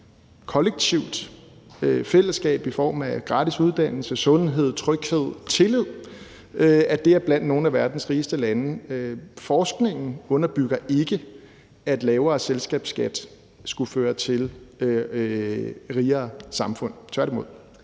kollektivt fællesskab i form af gratis uddannelse, sundhed, tryghed og tillid, er blandt nogle af verdens rigeste lande. Forskningen underbygger ikke, at lavere selskabsskat skulle føre til rigere samfund – tværtimod.